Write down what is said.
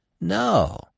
No